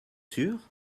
sûr